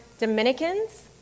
Dominicans